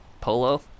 polo